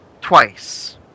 twice